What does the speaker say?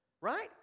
Right